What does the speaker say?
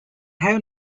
have